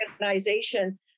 organization